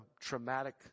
traumatic